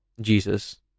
Jesus